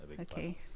okay